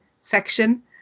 section